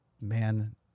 man